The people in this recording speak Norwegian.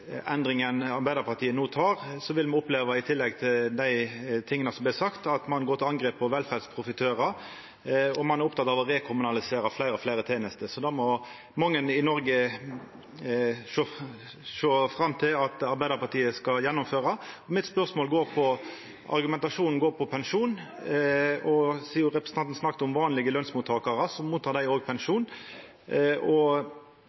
endringa mot venstre Arbeidarpartiet no tek, vil me oppleva – i tillegg til det som vart sagt – at ein går til angrep på velferdsprofitørar, og at ein er oppteken av å rekommunalisera fleire og fleire tenester. Det må mange i Noreg sjå fram til at Arbeidarpartiet skal gjennomføra. Spørsmålet mitt går på pensjon. Representanten snakka om vanlege lønsmottakarar. Dei får òg pensjon. Ein er imot at dei som